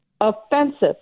offensive